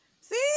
See